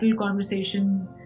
conversation